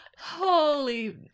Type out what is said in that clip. Holy